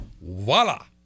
voila